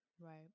Right